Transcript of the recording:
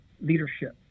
leadership